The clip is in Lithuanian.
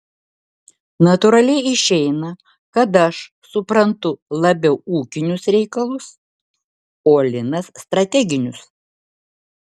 natūraliai išeina kad aš suprantu labiau ūkinius reikalus o linas strateginius